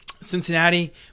Cincinnati